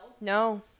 no